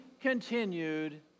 continued